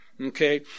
Okay